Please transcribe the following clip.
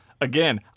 Again